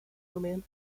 domain